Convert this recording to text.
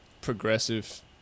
progressive